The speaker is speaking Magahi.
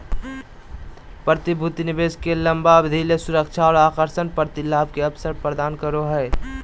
प्रतिभूति निवेश के लंबा अवधि ले सुरक्षा और आकर्षक प्रतिलाभ के अवसर प्रदान करो हइ